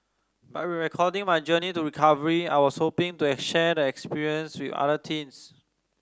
by recording my journey to recovery I was hoping to share the experience with other teens